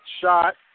shot